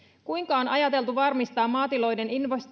kuinka on ajateltu varmistaa maatilojen